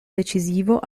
decisivo